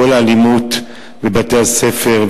כל האלימות בבתי-הספר,